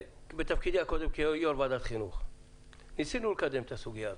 בתפקידי הקודם כיו"ר ועדת החינוך ניסינו לקדם א הסוגיה הזו.